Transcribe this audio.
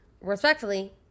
Respectfully